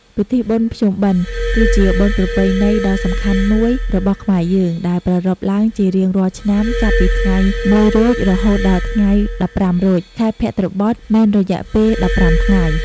ពិធីបុណ្យភ្ជុំបិណ្ឌ គឺជាបុណ្យប្រពៃណីដ៏សំខាន់មួយរបស់ខ្មែរយើង ដែលប្រារព្ធឡើងជារៀងរាល់ឆ្នាំចាប់ពីថ្ងៃ ១រោច រហូតដល់ថ្ងៃ ១៥រោច ខែភទ្របទមានរយៈពេល ១៥ថ្ងៃ។